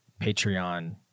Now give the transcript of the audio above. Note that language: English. Patreon